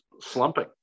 slumping